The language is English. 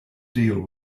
deal